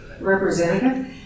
Representative